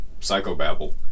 psychobabble